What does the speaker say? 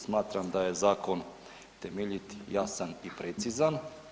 Smatram da je zakon temeljit, jasan i precizan.